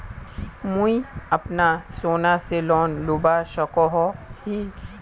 मुई अपना सोना से लोन लुबा सकोहो ही?